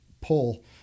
pull